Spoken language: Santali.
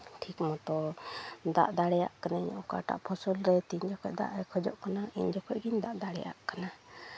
ᱴᱷᱤᱠ ᱢᱚᱛᱳ ᱫᱟᱜ ᱫᱟᱲᱮᱭᱟᱜ ᱠᱟᱹᱱᱟᱹᱧ ᱚᱠᱟᱴᱟᱜ ᱯᱷᱚᱥᱚᱞ ᱨᱮ ᱛᱤᱱ ᱡᱚᱠᱷᱚᱡ ᱫᱟᱜ ᱮ ᱠᱷᱚᱡᱚᱜ ᱠᱟᱱᱟ ᱩᱱ ᱡᱚᱠᱷᱚᱡ ᱜᱤᱧ ᱫᱟᱜ ᱫᱟᱲᱮᱭᱟᱜ ᱠᱟᱱᱟ